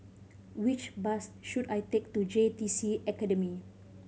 which bus should I take to J T C Academy